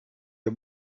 der